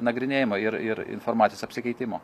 nagrinėjimo ir ir informacijos apsikeitimo